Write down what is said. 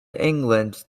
england